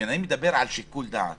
כשאני מדבר על שיקול דעת